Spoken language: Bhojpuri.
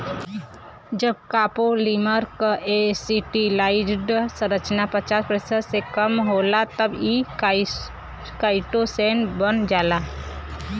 जब कॉपोलीमर क एसिटिलाइज्ड संरचना पचास प्रतिशत से कम होला तब इ काइटोसैन बन जाला